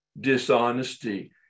dishonesty